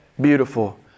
beautiful